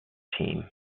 team